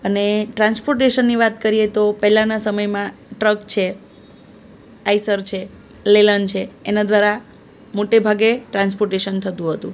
અને ટ્રાન્સપોર્ટેશનની વાત કરીએ તો પહેલાંના સમયમાં ટ્રક છે આઇસર છે લેલન છે એના દ્વારા મોટે ભાગે ટ્રાન્સપોર્ટેશન થતું હતું